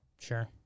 sure